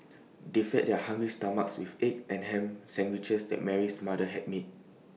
they fed their hungry stomachs with egg and Ham Sandwiches that Mary's mother had made